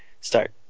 start